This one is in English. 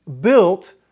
built